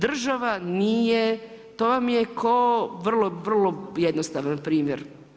Država nije, to vam je ko vrlo vrlo jednostavni primjer.